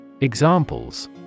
Examples